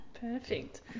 Perfect